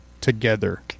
together